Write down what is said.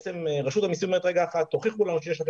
רשות המסים אומרת: תוכיחו לנו שיש לכם